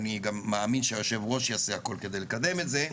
ואני מאמין שהיושב ראש יעשה הכל כדי לקדם את זה,